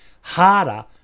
harder